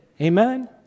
Amen